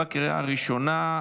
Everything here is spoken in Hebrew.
בקריאה ראשונה.